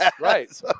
right